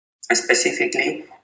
specifically